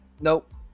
Nope